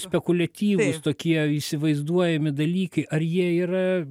spekuliatyvūs tokie įsivaizduojami dalykai ar jie yra